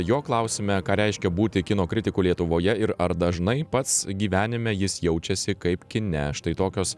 jo klausime ką reiškia būti kino kritiku lietuvoje ir ar dažnai pats gyvenime jis jaučiasi kaip kine štai tokios